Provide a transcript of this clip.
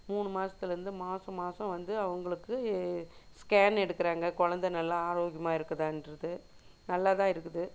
மூணு மாதத்துலேந்து மாத மாதம் வந்து அவங்களுக்கு ஸ்கேன் எடுக்கிறாங்க குழந்த நல்லா ஆரோக்கியமாக இருக்குதாகிறது நல்லதாக இருக்குது